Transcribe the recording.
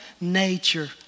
nature